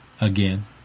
Again